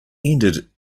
ended